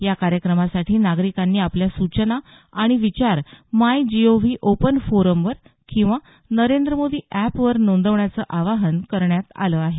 या कार्यक्रमासाठी नागरिकांनी आपल्या सूचना आणि विचार मायजीओव्ही ओपन फोरमवर किंवा नरेंद्र मोदी अॅप वर नोंदवण्याचं आवाहन करण्यात आलं आहे